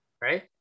right